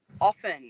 often